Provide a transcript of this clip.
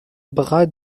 bras